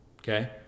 Okay